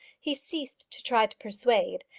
he ceased to try to persuade,